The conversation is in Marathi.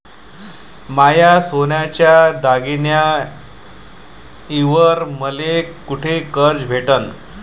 माया सोन्याच्या दागिन्यांइवर मले कुठे कर्ज भेटन?